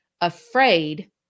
afraid